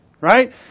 right